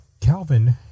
Calvin